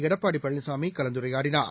எடப்பாடிபழனிசாமிகலந்துரையாடினார்